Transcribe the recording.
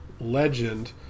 legend